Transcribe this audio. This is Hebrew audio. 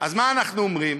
אז מה אנחנו אומרים?